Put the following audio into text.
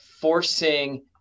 forcing